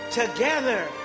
together